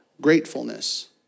Gratefulness